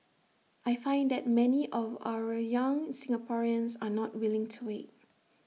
I find that many of our young Singaporeans are not willing to wait